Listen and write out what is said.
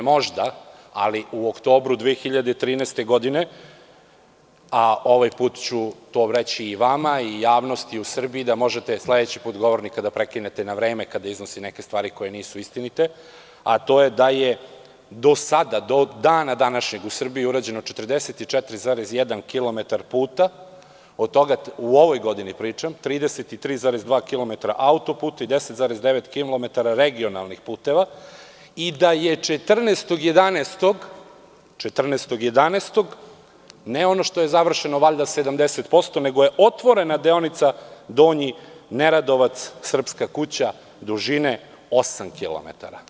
Ali, u oktobru 2013. godine, a ovaj put ću to reći i vama, a i javnosti u Srbiji, da sledeći put možete govornika da prekinete na vreme kada iznosi neke stvari koje nisu istinite, a to je da je do sada, do dana današnjeg u Srbiji urađeno 44,1 km puta, pričam o ovoj godini, i to 33,2 km auto-puta i 10,9 km regionalnih puteva i da je 14. 11, ne ono što je završeno valjda 70%, nego je otvorena deonica Donji Neradovac-Srpska kuća, dužine 8 km.